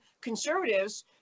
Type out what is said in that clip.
conservatives